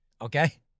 Okay